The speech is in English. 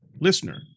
listener